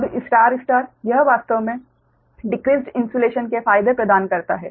अब star star यह वास्तव में डिक्रिस्ड इन्सुलेशन के फायदे प्रदान करता है